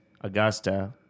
augusta